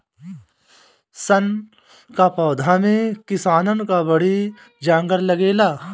सन कअ पौधा में किसानन कअ बड़ी जांगर लागेला